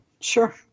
sure